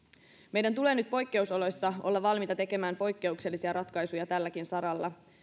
meidän tulee nyt poikkeusoloissa olla valmiita tekemään poikkeuksellisia ratkaisuja tälläkin saralla